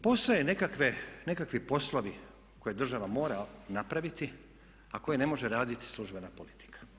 Postoje nekakvi poslovi koje država mora napraviti a koje ne može raditi službena politika.